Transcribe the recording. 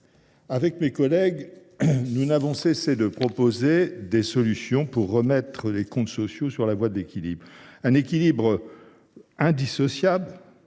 Avec mes collègues, nous n’avons cessé de proposer des solutions pour remettre les comptes sociaux sur la voie de l’équilibre. Or cet équilibre est indissociable